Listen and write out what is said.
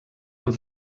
amb